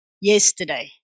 yesterday